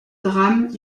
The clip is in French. drame